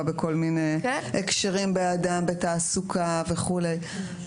בכל מיני הקשרים כמו תעסוקה וכו'.